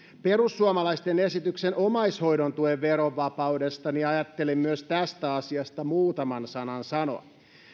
perussuomalaisten esityksen omaishoidon tuen verovapaudesta niin ajattelin myös tästä asiasta muutaman sanan sanoa